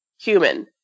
Human